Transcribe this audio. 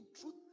truth